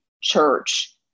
church